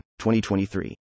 2023